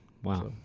Wow